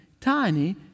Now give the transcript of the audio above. tiny